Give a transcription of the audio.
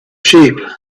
sheep